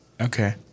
okay